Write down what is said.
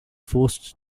forced